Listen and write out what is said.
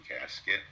Casket